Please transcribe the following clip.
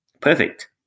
perfect